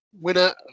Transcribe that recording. winner